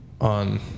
on